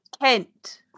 Kent